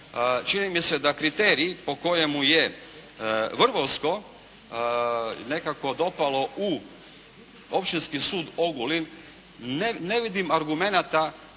čini mi se da kriterij po kojemu je vrlo usko nekako dopalo u Općinski sud Ogulin, ne vidim argumenata,